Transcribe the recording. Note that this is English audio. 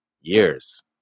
years